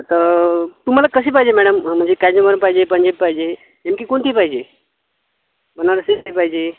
आता तुम्हाला कशी पाहिजे मॅडम म्हणजे कांजीवरम पाहिजे पंजाबी पाहिजे नेमकी कोणती पाहिजे बनारस सिल्कची पाहिजे